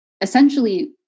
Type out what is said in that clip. essentially